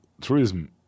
tourism